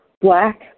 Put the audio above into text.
black